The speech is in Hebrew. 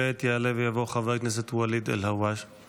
כעת יעלה ויבוא חבר הכנסת ואליד אלהואשלה,